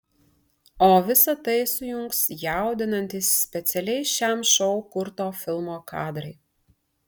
o visa tai sujungs jaudinantys specialiai šiam šou kurto filmo kadrai